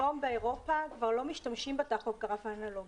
היום באירופה כבר לא משתמשים בטכוגרף האנלוגי,